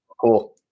Cool